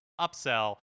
upsell